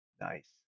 Nice